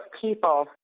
people